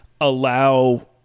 allow